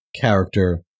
character